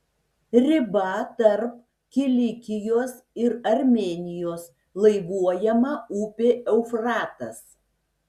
riba tarp kilikijos ir armėnijos laivuojama upė eufratas